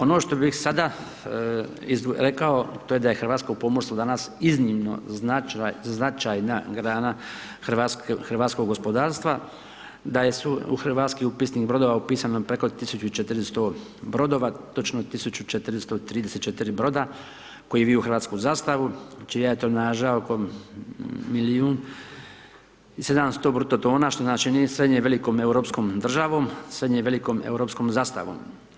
Ono što bi sada rekao, to je da je hrvatsko pomorsko danas, iznimno značajna grana hrvatskog gospodarstva, da su u hrvatski upisnik brodova upisano preko 1400 brodova, točno 1434 broda, koji viju hrvatsku zastavu, čija je etonaža oko milijun i 700 bruto tona, što nas čini srednje i velikom europskom državom, srednje i velikom europskom zastavom.